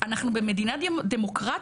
אנחנו במדינה דמוקרטית,